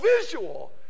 visual